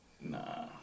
Nah